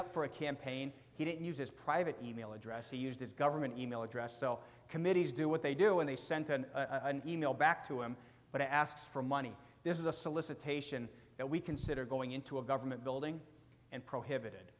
up for a campaign he didn't use his private email address he used his government e mail address so committees do what they do and they sent an e mail back to him but i asked for money this is a solicitation that we consider going into a government building and prohibited